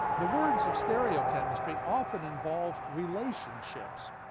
the words of stereochemistry often involve relationships.